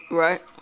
right